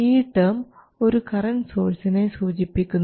ഈ ടേം ഒരു കറണ്ട് സോഴ്സിനെ സൂചിപ്പിക്കുന്നു